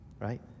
right